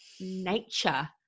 nature